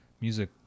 music